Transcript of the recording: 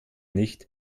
nicht